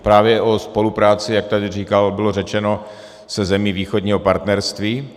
Právě o spolupráci, jak tady říkal, bylo řečeno, se zemí Východního partnerství.